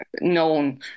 known